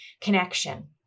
connection